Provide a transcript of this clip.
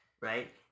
right